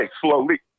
slowly